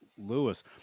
Lewis